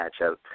matchup